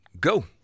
go